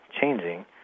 changing